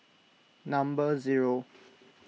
number zero